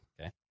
Okay